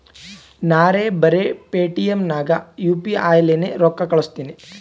ನಾರೇ ಬರೆ ಪೇಟಿಎಂ ನಾಗ್ ಯು ಪಿ ಐ ಲೇನೆ ರೊಕ್ಕಾ ಕಳುಸ್ತನಿ